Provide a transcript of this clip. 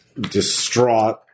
distraught